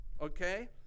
okay